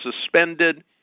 suspended